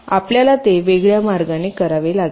आपल्याला ते वेगळ्या मार्गाने करावे लागेल